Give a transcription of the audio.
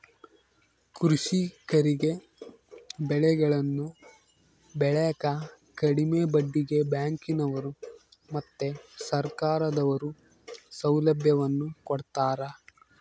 ಕೃಷಿಕರಿಗೆ ಬೆಳೆಗಳನ್ನು ಬೆಳೆಕ ಕಡಿಮೆ ಬಡ್ಡಿಗೆ ಬ್ಯಾಂಕಿನವರು ಮತ್ತೆ ಸರ್ಕಾರದವರು ಸೌಲಭ್ಯವನ್ನು ಕೊಡ್ತಾರ